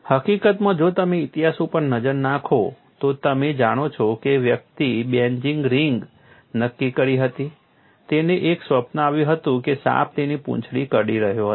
હકીકતમાં જો તમે ઇતિહાસ ઉપર નજર નાખો તો તમે જાણો છો કે જે વ્યક્તિએ બેન્ઝિન રિંગ નક્કી કરી હતી તેને એક સ્વપ્ન આવ્યું હતું કે સાપ તેની પૂંછડી કરડી રહ્યો છે